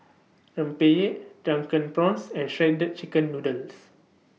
Rempeyek Drunken Prawns and Shredded Chicken Noodles